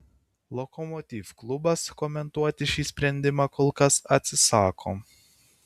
lokomotiv klubas komentuoti šį sprendimą kol kas atsisako